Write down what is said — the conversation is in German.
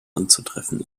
anzutreffen